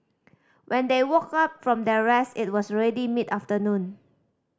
when they woke up from their rest it was already mid afternoon